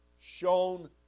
shown